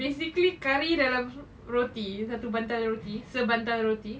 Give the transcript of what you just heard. basically curry dalam roti satu bantal roti sebantal roti